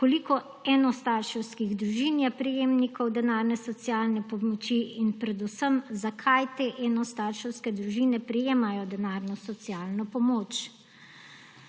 koliko enostarševskih družin je prejemnikov denarne socialne pomoči in predvsem zakaj te enostarševske družine prejemajo denarno socialno pomoč.